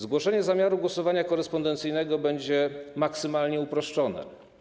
Zgłoszenie zamiaru głosowania korespondencyjnego będzie maksymalnie uproszczone.